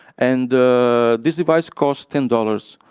and this device costs ten dollars,